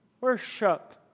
worship